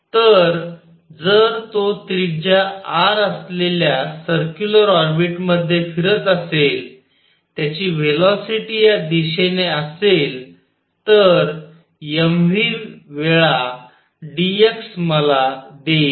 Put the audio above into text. तर जर तो त्रिज्या r असल्येला सर्क्युलर ऑर्बिट मध्ये फिरत असेल त्याची व्हेलॉसिटी या दिशेने असेल तर mv वेळा dx मला देईल